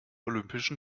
olympischen